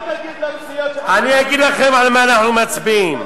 אז מה תגיד, אני אגיד לכם על מה אנחנו מצביעים.